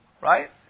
right